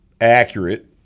accurate